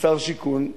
שר שיכון.